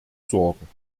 sorgen